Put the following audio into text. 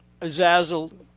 Zazzle